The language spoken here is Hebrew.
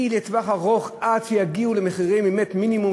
היא לטווח ארוך עד שיגיעו למחירים של באמת מינימום,